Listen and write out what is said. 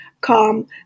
calm